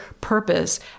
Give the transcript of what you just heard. purpose